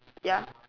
ya